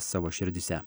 savo širdyse